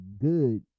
good